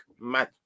mad